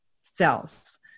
cells